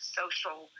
social